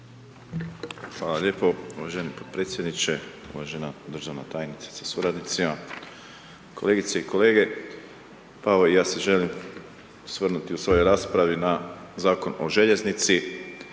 Hvala lijepo uvaženi potpredsjedniče, uvažena državna tajnice sa suradnicima. Kolegice i kolege, pa evo ja se želim osvrnuti u svojoj raspravi na Zakon o željeznici.